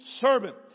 servant